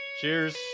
Cheers